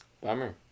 Bummer